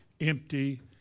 empty